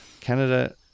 Canada